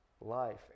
life